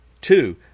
Two